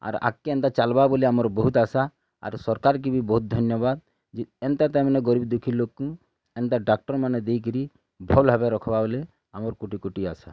ଆର୍ ଆଗକେ ଏନ୍ତା ଚାଲ୍ବା ବୋଲେ ଆମର୍ ବହୁତ୍ ଆଶା ଆର୍ ସରକାର୍ କେ ବି ବହୁତ୍ ଧନ୍ୟବାଦ୍ ଏନ୍ତା ତା ମାନେ ଗରୀବ୍ ଦୁଃଖୀ ଲୋକ୍କୁ ଏନ୍ତା ଡ଼ାକ୍ଟରମାନେ ଦେଇକିର ଭଲ୍ ହେବା ରଖବେ ବୋଲି ଆମର୍ କୋଟି କୋଟି ଆଶା